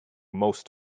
most